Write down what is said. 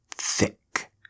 thick